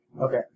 Okay